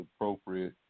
appropriate